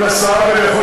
אם נעשה עוול,